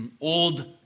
old